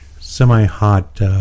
semi-hot